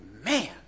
man